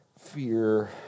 Fear